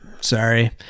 Sorry